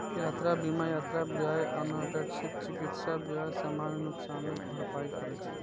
यात्रा बीमा यात्रा व्यय, अनपेक्षित चिकित्सा व्यय, सामान नुकसानक भरपाई करै छै